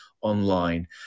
online